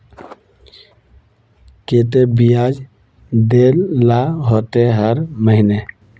केते बियाज देल ला होते हर महीने?